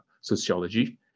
sociology